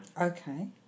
Okay